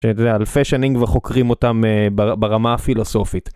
שזה על פשנינג וחוקרים אותם ברמה הפילוסופית.